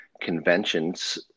conventions